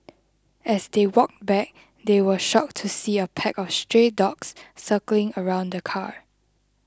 as they walked back they were shocked to see a pack of stray dogs circling around the car